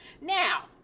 Now